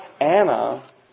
Anna